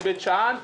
בבית שאן,